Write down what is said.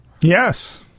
Yes